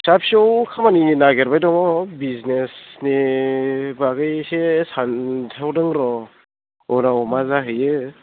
फिसा फिसौ खामानि नागिरबाय दङ बिजनेसनि बागै एसे सानस्रावदों र' उनाव मा जाहैयो